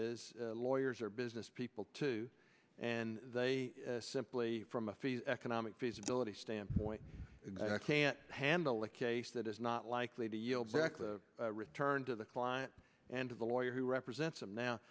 is lawyers are business people too and they simply from a fee economic feasibility standpoint can't handle a case that is not likely to yield back the return to the client and of the lawyer who represents them now